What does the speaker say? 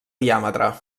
diàmetre